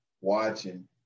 watching